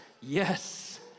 Yes